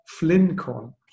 FlynnCon